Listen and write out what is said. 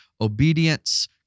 obedience